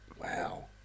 Wow